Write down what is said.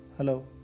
Hello